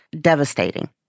devastating